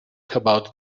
about